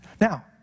Now